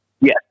Yes